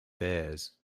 theirs